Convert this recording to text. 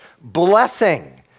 blessing